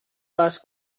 was